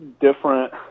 different